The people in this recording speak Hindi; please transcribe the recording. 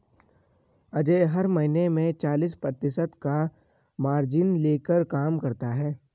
अजय हर महीने में चालीस प्रतिशत का मार्जिन लेकर काम करता है